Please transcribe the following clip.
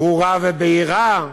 ברורה ובהירה,